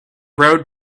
road